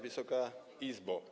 Wysoka Izbo!